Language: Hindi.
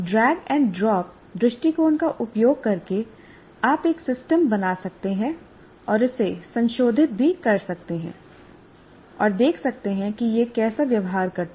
ड्रैग एंड ड्रॉप दृष्टिकोण का उपयोग करके आप एक सिस्टम बना सकते हैं और इसे संशोधित भी कर सकते हैं और देख सकते हैं कि यह कैसा व्यवहार करता है